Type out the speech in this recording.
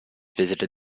visited